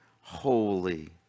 holy